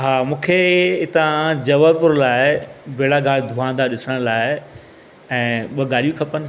हा मूंखे हितां जवरपुर लाइ बेड़ाघाट धुआंदार ॾिसण लाइ ऐं ॿ गाॾियूं खपनि